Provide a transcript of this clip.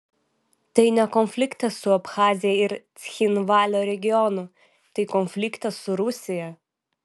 tai ne konfliktas su abchazija ir cchinvalio regionu tai konfliktas su rusija